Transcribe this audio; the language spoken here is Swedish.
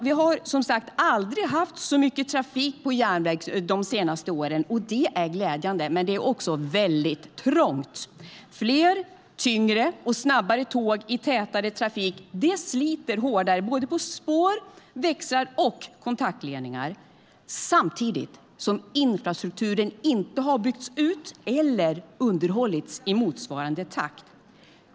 Vi har aldrig haft så mycket trafik på järnväg som de senaste åren. Det är glädjande, men det är också väldigt trångt. Fler, tyngre och snabbare tåg i tätare trafik sliter hårdare på spår, växlar och kontaktledningar. Samtidigt har inte infrastrukturen byggts ut eller underhållits i motsvarande takt.